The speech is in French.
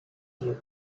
dieux